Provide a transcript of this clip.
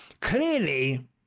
clearly